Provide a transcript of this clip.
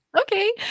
Okay